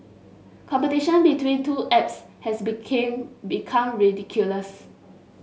competition between two apps has became become ridiculous